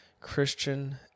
Christian